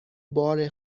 بار